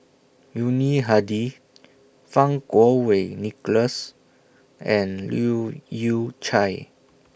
Yuni Hadi Fang Kuo Wei Nicholas and Leu Yew Chye